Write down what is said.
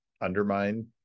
undermine